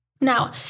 now